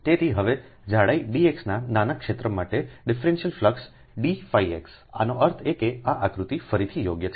તેથી હવેજાડાઈ dx ના નાના ક્ષેત્ર માટેડિફરન્સલફ્લક્સડીφxઆનો અર્થ એ કે આ આકૃતિ ફરીથી યોગ્ય છે